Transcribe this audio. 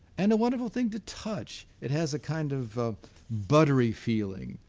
and a wonderful thing to touch. it has a kind of buttery feeling,